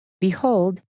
Behold